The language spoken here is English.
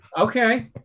okay